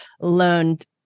learned